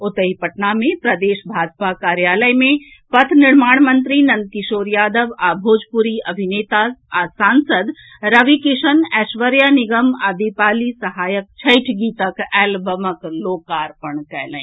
ओतहि पटना मे प्रदेश भाजपा कार्यालय मे पथ निर्माण मंत्री नंदकिशोर यादव आ भोजपुरी अभिनेता आ सांसद रविकिशन एश्वर्या निगम आ दीपाली सहायक छठि गीतक एलबमक लोकार्पण कयलनि